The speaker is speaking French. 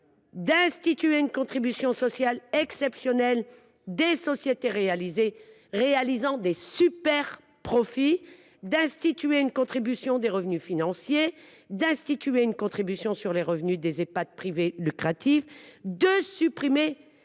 d’instituer une contribution sociale exceptionnelle des sociétés réalisant des super profits ; d’instituer une contribution des revenus financiers ; d’instituer une contribution sur les revenus des Ehpad privés à but lucratif ; de supprimer